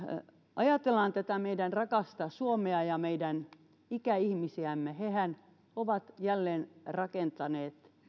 ajatellaan tätä meidän rakasta suomea ja meidän ikäihmisiämme hehän ovat jälleenrakentaneet